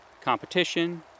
competition